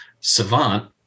savant